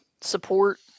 support